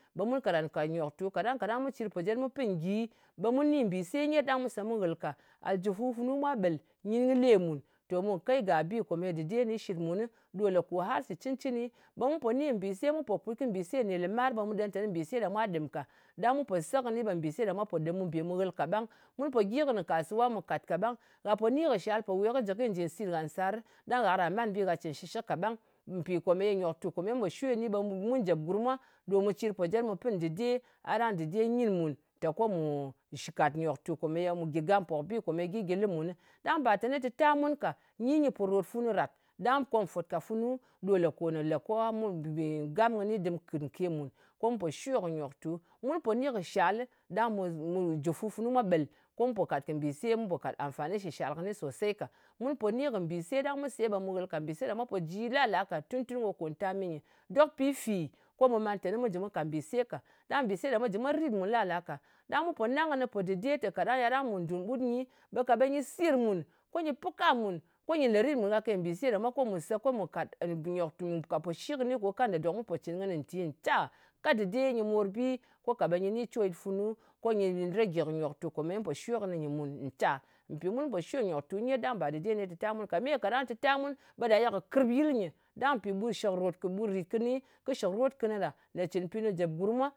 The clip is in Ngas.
Ɓe mun karan kàt kɨ nyòktu ka. Ɗang kaɗang mu cir pojet mu pɨ ngyi, ɓe ni mbìse nyet, ɗang mu se mu ghɨl ka. Aljifu funu mwa ɓèl. Nyin kɨ le mùn. To mù kei ga bi ne dɨɗe kɨni shi mun, ɗò lè kò har shɨ cɨncɨni ɓe mu pò ni kɨ mbìse, mu pò put kɨ mbise nɗin lɨmar, ɓe mu ɗen teni mbìse ɗa mwa ɗɨm ka. Ɗang mu pò se kɨni, ɓe mwa pò dɨm. Mu bè mu ghɨl kaɓang. Mun po gyi kɨnɨ nkasuwa mu kàt kaɓang. Gha po ni kɨ shal po we kɨ jɨ kyi njì sit gha nsar, ɗang gha karan man kɨ bi gha cɨn shɨshɨk kaɓang, mpì kòmèye nyòktù kòmèye mun po shwe kɨnɨ ɓe mun jep gurm mwa ɗo mun po cir pojet mu pɨ ndɨde. A ɗang dɨde nyin mùn tè ko mù yei shɨ kàt nyòktu kòmeye, shɨ jɨ gam pò kɨ bi kòmeye gyɨ lɨ mun. Ɗang bà teni tɨta mun ka. Dɨde nyɨ pò ròt fùnu ràt, ɗang kòm fwòt ka funu, ɗo lē kòme le ko har gam kɨni dɨm kɨt nke mùn, ko mu pò shwe kɨ nyòktu. Mun pò ni kɨ shalɨ, ɗang mu mu, jufu funu mwa ɓel. Ko mu pò kàt kɨ mbìse, mu pò kàt kɨ amfani shɨ shal kɨni sosei ka. Mun pò ni kɨ mbìse, ɗang mu se ɓe mǝ ghɨl ka. Mbìse ɗa mwa pò ji la-lā ka, tun-tun ko ko ntami nyɨ. Dok pì fì, ko mu man teni mu jɨ mu ka mbìse ka, ɗang mbìse ɗa mwa jɨ mwa rit mun la-lā ka. Ɗang mu pò nang kɨnɨ pò dɨde tè ya ɗang mu dun ɓut nyi, ɓe ka ɓe nyɨ sir mùn, ko nyɨ pɨ kam mùn. Ko nyɨ lērit mùn kake, bìse ɗa mwa, ko mù se ko nyɨ pɨ kam mùn. ko mu kat, mbì nyòktu nyɨ ɗa mù ka pòshi kɨni ko kanda ɗok mu pò cɨn kɨnɨ nti ncya. Ka dɨde nyɨ morbi ko ka ɓe nyɨ ni coryɨt funu, ko nyɨ nyɨ ràge kɨ nyòktu kòmèye mun pò shwe kɨnɨ nyɨ mùn ncya. Mpò mun pò shwe kɨ nyoktu nyet, ɗang bà teni dɨde kɨni tɨta mun ka. Mpì me ye tɨta mun, ɓe ye kɨ kɨrp yɨl nyɨ. Ɗang mpì shɨk ròt, ɓutrìt kɨni, kɨ shɨktot kɨnɨ ɗa lè jɨ dɨr nu jèp gurm mwa.